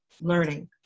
learning